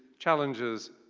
challenges,